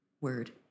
word